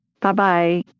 Bye-bye